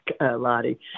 Lottie